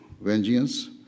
vengeance